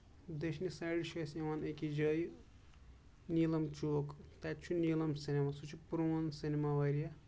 دٔچِھنہِ side چھُ اسہِ یِوان أکِس جایہِ نیٖلم چوک تَتہِ چھُ تیٖلم سینِما سُہ چھُ پروٚن سینما واریاہ